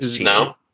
No